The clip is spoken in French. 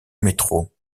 metro